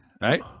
Right